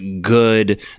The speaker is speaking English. good